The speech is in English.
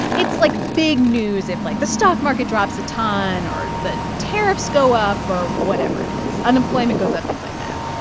it's, like, big news if, like, the stock market drops a ton or the tariffs go up or whatever it is unemployment goes up, like that.